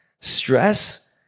stress